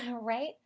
right